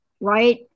right